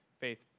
Faith